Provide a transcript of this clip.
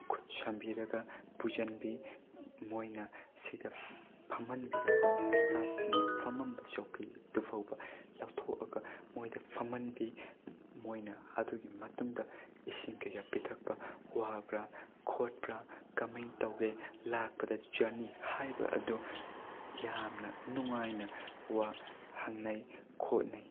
ꯈꯨꯠ ꯁꯝꯕꯤꯔꯒ ꯄꯨꯁꯤꯟꯕꯤ ꯃꯣꯏꯅ ꯁꯤꯗ ꯐꯝꯍꯟꯕꯤꯔꯒ ꯏꯁꯇꯥꯞꯁꯤꯡꯅ ꯐꯝꯃꯟꯕ ꯆꯧꯀ꯭ꯔꯤꯗꯨꯐꯥꯎꯕ ꯂꯧꯊꯣꯛꯑꯒ ꯃꯣꯏꯗ ꯐꯝꯍꯟꯕꯤ ꯃꯣꯏꯅ ꯑꯗꯨꯒꯤ ꯃꯇꯨꯡꯗ ꯏꯁꯩ ꯀꯩꯀꯥ ꯄꯤꯊꯛꯄ ꯋꯥꯕ꯭ꯔꯥ ꯈꯣꯠꯄ꯭ꯔꯥ ꯀꯃꯥꯏꯅ ꯇꯧꯒꯦ ꯂꯥꯛꯄꯗ ꯖꯔꯅꯤ ꯍꯥꯏꯕ ꯑꯗꯨ ꯌꯥꯝꯅ ꯅꯨꯡꯉꯥꯏꯅ ꯋꯥ ꯍꯪꯅꯩ ꯈꯣꯠꯅꯩ